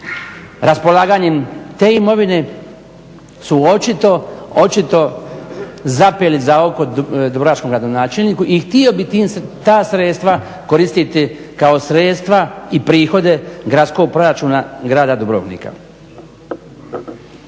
raspolaganjem te imovine su očito zapeli za oko dubrovačkom gradonačelniku i htio bi ta sredstva koristiti kao sredstva i prihode gradskog proračuna grada Dubrovnika.